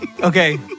Okay